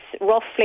roughly